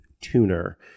Tuner